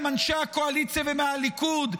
אנשי הקואליציה ומהליכוד,